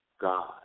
God